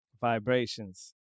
Vibrations